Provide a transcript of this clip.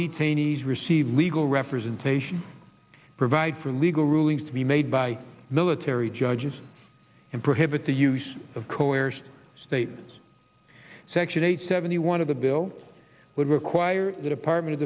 detainees receive legal representations provide for legal rulings to be made by military judges and prohibit the use of co heirs states section eight seventy one of the bill would require that apartment